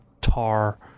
tar